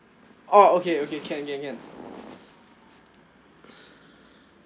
orh okay okay can can can